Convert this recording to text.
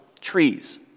trees